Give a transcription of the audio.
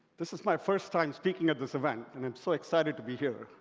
this is my first time speaking at this event and i'm so excited to be here.